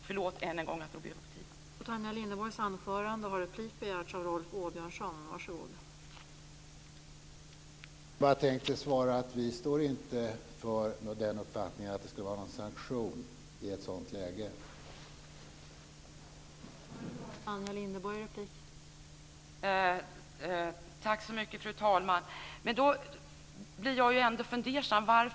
Förlåt än en gång för att jag drog över tiden.